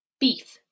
beef